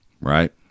Right